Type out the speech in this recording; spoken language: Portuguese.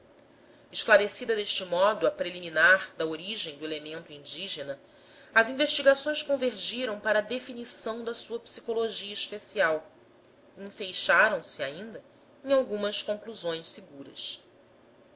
esclarecida deste modo a preliminar da origem do elemento indígena as investigações convergiram para a definição da sua psicologia especial e enfeixaram se ainda em algumas conclusões seguras